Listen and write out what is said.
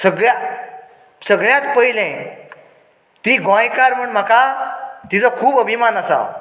सगळ्या सगळ्यांत पयलें ती गोंयकार म्हण म्हाका तिजो खूब अभिमान आसा